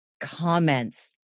comments